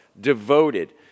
devoted